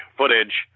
footage